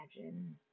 imagine